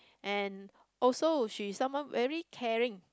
and also she's someone very caring